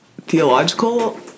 theological